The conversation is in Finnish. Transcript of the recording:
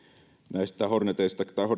näistä hornetien